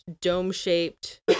dome-shaped